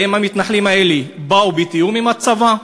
האם המתנחלים האלה באו בתיאום עם הצבא?